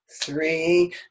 three